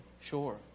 Sure